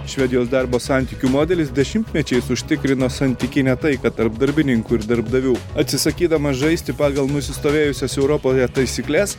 švedijos darbo santykių modelis dešimtmečiais užtikrino santykinę taiką tarp darbininkų ir darbdavių atsisakydamas žaisti pagal nusistovėjusias europoje taisykles